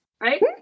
right